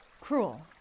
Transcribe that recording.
cruel